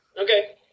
Okay